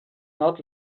not